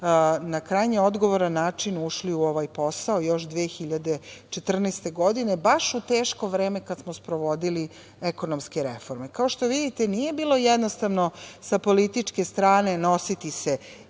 na krajnje odgovoran način ušli u ovaj posao još 2014. godine, baš u teško vreme, kada smo sprovodili ekonomske reforme. Kao što vidite, nije bilo jednostavno sa političke strane nositi se